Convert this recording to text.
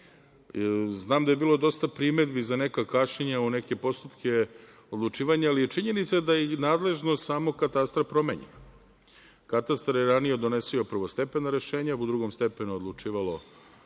znam da je bilo dosta primedbi za neka kašnjenja u neke postupke odlučivanja, ali je činjenica da i nadležnost katastra promenjen. Katastar je ranije donosio prvostepena rešenja u drugom stepenu odlučivalo